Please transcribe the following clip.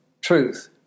truth